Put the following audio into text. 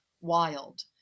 wild